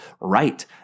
right